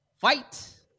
fight